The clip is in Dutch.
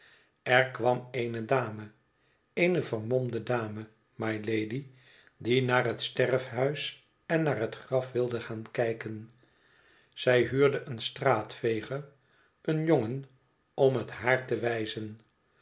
er kwam eene dame eené vermomde dame rnylady die naar het sterfhuis en naar het graf wilde gaan kijken zij huurde een straatveger een jongen om het haar te wijzen